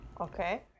Okay